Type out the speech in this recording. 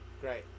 Great